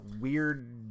weird